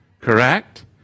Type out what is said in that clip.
Correct